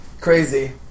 Crazy